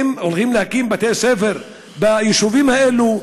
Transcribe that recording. האם הולכים להקים בתי-ספר ביישובים האלה?